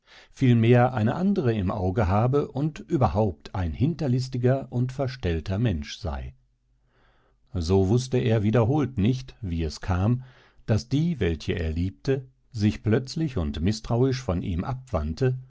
vielmehr eine andere im auge habe und überhaupt ein hinterlistiger und verstellter mensch sei so wußte er wiederholt nicht wie es kam daß die welche er liebte sich plötzlich und mißtrauisch von ihm abwandte